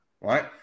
right